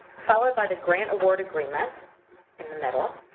followed by the grant award agreement in the middle,